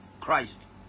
Christ